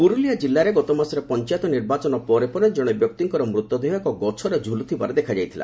ପୁରୁଲିଆ କିଲ୍ଲାରେ ଗତମାସରେ ପଞ୍ଚାୟତ ନିର୍ବାଚନ ପରେ ପରେ ଜଣେ ବ୍ୟକ୍ତିଙ୍କର ମୃତ ଦେହ ଏକ ଗଛରେ ଝୁଲୁଥିବାର ଦେଖା ଯାଇଥିଲା